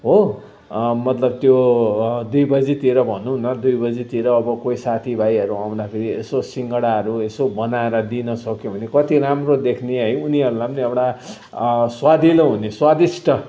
हो मतलब त्यो दुई बजीतिर भनौँ न दुई बजीतिर अब कोही साथीभाइहरू आउँदाखेरि यसो सिङ्गडाहरू यसो बनाएर दिन सक्यौँ भने कति राम्रो देख्ने है उनीहरूलाई एउटा स्वादिलो हुने स्वादिष्ट